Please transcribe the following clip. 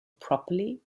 properly